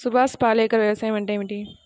సుభాష్ పాలేకర్ వ్యవసాయం అంటే ఏమిటీ?